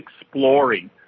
exploring